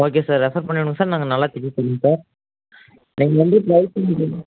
okay sir refer பண்ணி விடுங்க sir நாங்கள் நல்லா செஞ்சுத் தருவோம் சார் நீங்கள் வந்து ட்ரை பண்ணி